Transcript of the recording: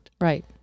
Right